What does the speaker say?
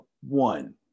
one